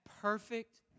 perfect